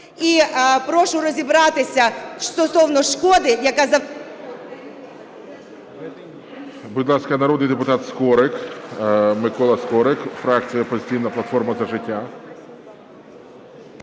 І прошу розібратися стосовно шкоди, яка… ГОЛОВУЮЧИЙ. Будь ласка, народний депутат Скорик. Микола Скорик, фракція "Опозиційна платформа - За життя".